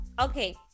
okay